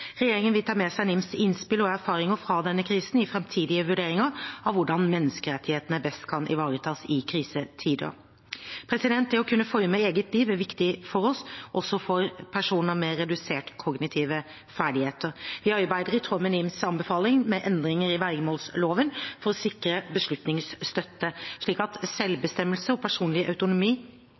Regjeringen vil ta med seg NIMs innspill og erfaringer fra denne krisen i framtidige vurderinger av hvordan menneskerettighetene best kan ivaretas i krisetider. Det å kunne forme eget liv er viktig for oss, også for personer med reduserte kognitive ferdigheter. Vi arbeider i tråd med NIMs anbefalinger med endringer i vergemålsloven for å sikre beslutningsstøtte, slik at selvbestemmelse og personlig autonomi